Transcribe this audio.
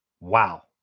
Wow